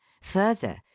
Further